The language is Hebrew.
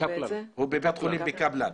הוא בבית חולים קפלן.